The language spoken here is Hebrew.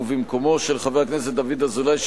ובמקומו של חבר הכנסת דוד אזולאי,